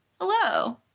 Hello